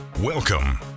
Welcome